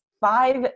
five